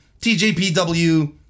tjpw